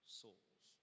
souls